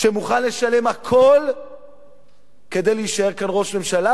שמוכן לשלם הכול כדי להישאר כאן ראש הממשלה,